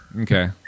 Okay